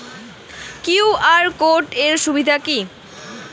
QR code এর সুবিধা কি?